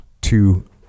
two